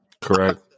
correct